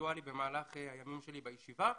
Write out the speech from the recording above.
אינטלקטואלי במהלך הימים שלי בישיבה.